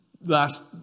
last